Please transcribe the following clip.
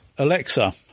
Alexa